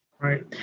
Right